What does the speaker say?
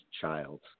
child